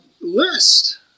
list